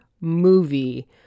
movie